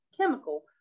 chemical